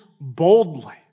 boldly